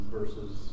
versus